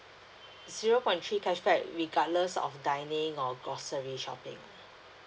zero point three cashback regardless of dining or grocery shopping